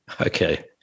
Okay